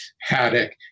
haddock